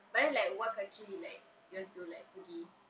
but then like what country like you want to like pergi